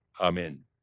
Amen